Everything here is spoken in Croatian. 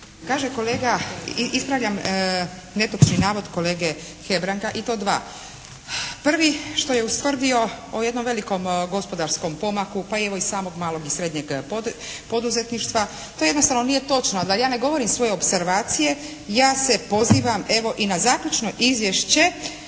Kaže kolega, ispravljam netočni navod kolege Hebranga i to dva. Prvi što je ustvrdio o jednom velikom gospodarskom pomaku pa evo i samog malog i srednjeg poduzetništva. To jednostavno nije točno. A da ja ne govorim svoje opservacije ja se pozivam evo i na zaključno izvješće